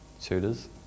tutors